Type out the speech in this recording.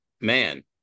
man